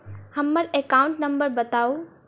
हम्मर account number बताऊ?